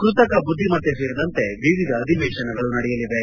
ಕೃತಕ ಬುದ್ದಿಮತ್ತೆ ಸೇರಿದಂತೆ ವಿವಿಧ ಅಧಿವೇಶನಗಳು ನಡೆಯಲಿವೆ